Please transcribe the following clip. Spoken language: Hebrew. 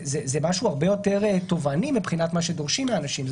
זה משהו הרבה יותר תובעני מבחינת מה שדורשים מאנשים.